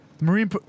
Marine